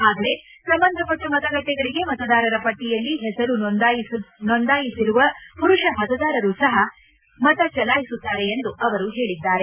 ಆದರೆ ಸಂಬಂಧಪಟ್ಟ ಮತಗಟ್ಟೆಗಳಿಗೆ ಮತದಾರರ ಪಟ್ಟಿಯಲ್ಲಿ ಹೆಸರು ನೋಂದಾಯಿಸಿರುವ ಪುರುಷ ಮತದಾರರು ಸಹ ಈ ಮತಗಟ್ಟೆಗಳಲ್ಲಿ ಮತ ಚಲಾಯಿಸುತ್ತಾರೆ ಎಂದು ಅವರು ಹೇಳಿದ್ದಾರೆ